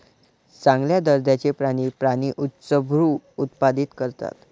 चांगल्या दर्जाचे प्राणी प्राणी उच्चभ्रू उत्पादित करतात